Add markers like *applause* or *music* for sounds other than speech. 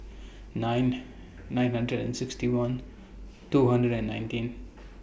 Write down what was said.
*noise* nine nine hundred and sixty one two hundred and nineteen